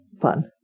Fun